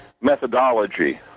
methodology